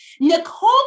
Nicole